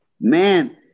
Man